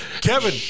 Kevin